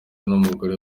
n’umugore